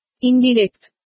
Indirect